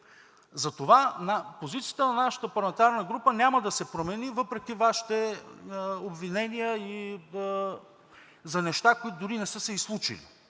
Затова позицията на нашата парламентарна група няма да се промени въпреки Вашите обвинения за неща, които дори не са се и случили.